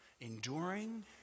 enduring